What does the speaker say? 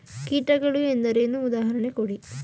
ಕೀಟಗಳು ಎಂದರೇನು? ಉದಾಹರಣೆ ಕೊಡಿ?